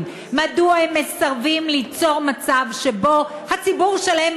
מדוע הם מסרבים ליצור מצב שבו הציבור שלהם,